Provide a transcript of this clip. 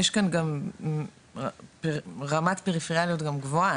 יש כאן גם רמת פריפריאליות גם גבוהה,